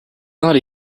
not